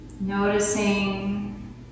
noticing